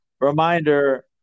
Reminder